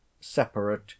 separate